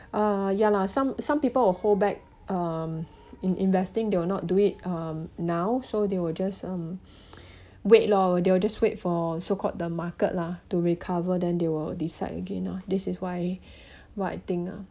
ah ya lah some some people will hold back um in investing they will not do it um now so they will just um wait lor we'll they'll just wait for so called the market lah to recover then they will decide again this is why what I think ah